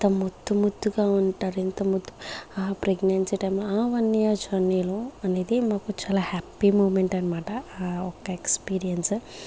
ఎంత ముద్దు ముద్దుగా ఉంటారు ఎంత ముద్దు ప్రెగ్నెన్సీ టైంలో ఆ వన్ ఇయర్ జర్నీలో అనేది మాకు చాలా హ్యాపీ మూమెంట్ అనమాట ఆ ఒక్క ఎక్స్పీరియన్స్